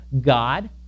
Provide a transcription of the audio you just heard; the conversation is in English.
God